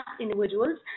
individuals